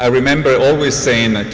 i remember always saying that